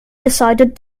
decided